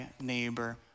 neighbor